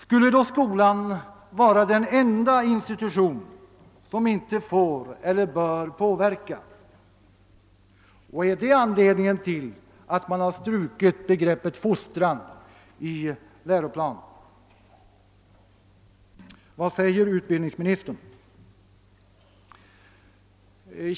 Skulle då skolan vara den enda institutionen som inte får eller bör påverka, och är detta anledningen till att man har strukit begreppet fostran i läroplanen? Vad säger utbildningsministern?